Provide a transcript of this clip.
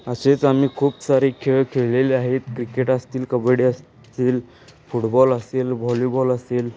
असेच आम्ही खूप सारे खेळ खेळलेले आहेत क्रिकेट असतील कबड्डी असतील फुटबॉल असेल व्हॉलीबॉल असेल